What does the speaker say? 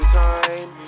time